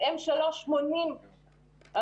ב-M3 80 פגישות.